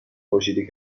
خورشیدی